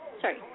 Sorry